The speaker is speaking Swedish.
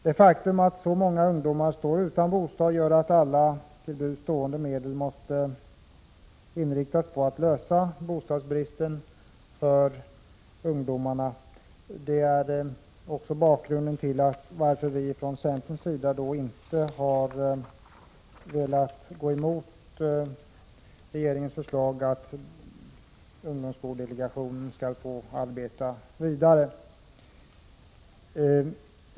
Det faktum att så många ungdomar är utan bostad gör att alla till buds stående medel måste inriktas på att lösa bostadsbristen för ungdomarna. Det är också bakgrunden till att vi från centerns sida inte har velat gå emot regeringens förslag att ungdomsboendedelegationen skall få arbeta vidare.